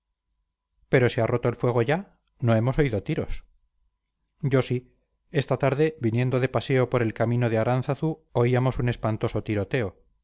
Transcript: pero se ha roto el fuego ya no hemos oído tiros yo sí esta tarde viniendo de paseo por el camino de aránzazu oíamos un espantoso tiroteo